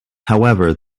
however